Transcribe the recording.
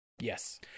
yes